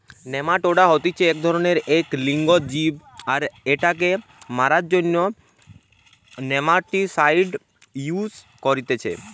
nematoda হতিছে এক ধরণেরএক লিঙ্গ জীব আর এটাকে মারার জন্য নেমাটিসাইড ইউস করতিছে